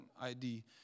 ID